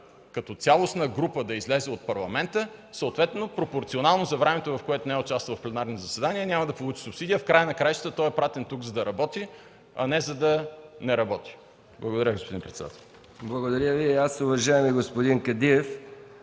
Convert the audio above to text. като цялостна група да излезе от Парламента, съответно пропорционално Събранието, в което не е участвало в пленарни заседания, няма да получи субсидия. В края на краищата той е пратен тук, за да работи, а не за да не работи. Благодаря Ви, господин председател. ПРЕДСЕДАТЕЛ МИХАИЛ МИКОВ: Благодаря Ви и аз. Уважаеми господин Кадиев,